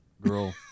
girl